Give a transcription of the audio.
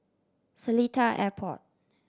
Seletar Airport